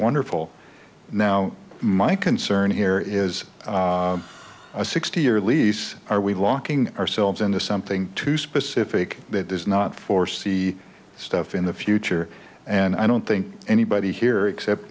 wonderful now my concern here is a sixty year lease are we locking ourselves into something too specific that is not for sea stuff in the future and i don't think anybody here except